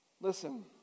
Listen